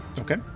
Okay